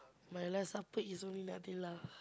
my last supper is only Nutella